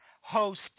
host